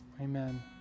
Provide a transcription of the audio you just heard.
Amen